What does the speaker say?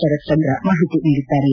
ಶರತ್ ಚಂದ್ರ ಮಾಹಿತಿ ನೀಡಿದ್ದಾರೆ